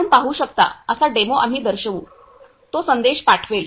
आपण पाहू शकता असा डेमो आम्ही दर्शवू तो संदेश पाठवेल